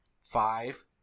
Five